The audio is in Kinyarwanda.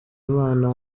imana